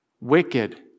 wicked